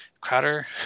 Crowder